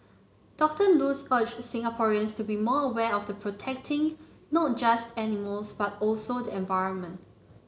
Doctor Luz urged Singaporeans to be more aware of the protecting not just animals but also the environment